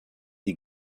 die